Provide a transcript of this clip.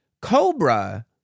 Cobra